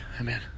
amen